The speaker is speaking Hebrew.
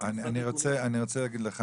--- אני רוצה להגיד לך,